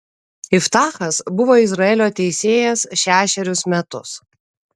iftachas buvo izraelio teisėjas šešerius metus